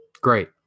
Great